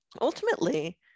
Ultimately